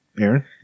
Aaron